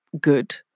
good